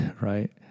right